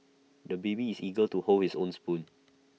the baby is eager to hold his own spoon